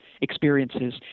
experiences